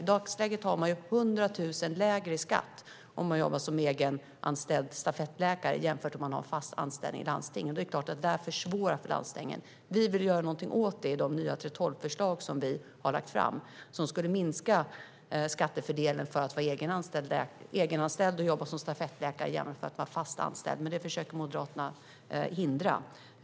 I dagsläget har man 100 000 mindre i skatt om man arbetar som egenanställd stafettläkare jämfört med om man har fast anställning i landsting. Det är klart att detta försvårar för landstingen. Vi vill göra något åt detta med de nya 3:12-förslag som vi har lagt fram. De skulle minska skattefördelen med att vara egenanställd och jobba som stafettläkare jämfört med att vara fast anställd. Men detta försöker Moderaterna hindra.